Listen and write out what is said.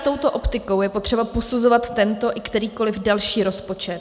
Právě touto optikou je potřeba posuzovat tento i kterýkoli další rozpočet.